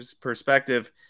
perspective